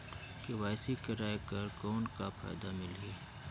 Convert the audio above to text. KYC कराय कर कौन का फायदा मिलही?